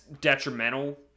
detrimental